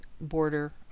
border